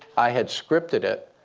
i had scripted it.